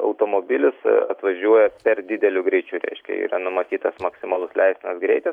automobilis atvažiuoja per dideliu greičiu reiškia yra numatytas maksimalus leistinas greitis